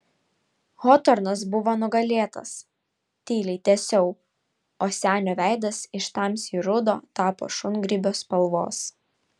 hotornas buvo nugalėtas tyliai tęsiau o senio veidas iš tamsiai rudo tapo šungrybio spalvos